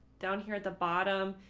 down here at the bottom,